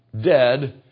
dead